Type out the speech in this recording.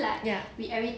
ya